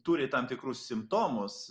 turi tam tikrus simptomus